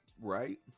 Right